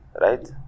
right